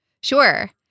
Sure